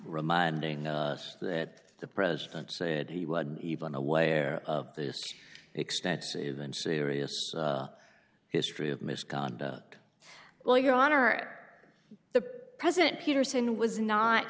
reminding us that the president said he would even away or of this extensive and serious history of misconduct well your honor the president peterson was not